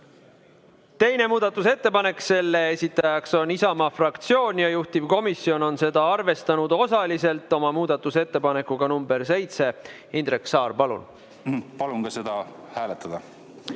Teine muudatusettepanek, selle esitaja on Isamaa fraktsioon ja juhtivkomisjon on seda arvestanud osaliselt oma muudatusettepanekuga nr 7. Indrek Saar, palun! Palun ka seda hääletada.